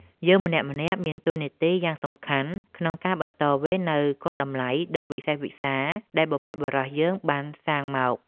យើងម្នាក់ៗមានតួនាទីយ៉ាងសំខាន់ក្នុងការបន្តវេននូវគុណតម្លៃដ៏វិសេសវិសាលដែលបុព្វបុរសយើងបានសាងមក។